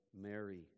Mary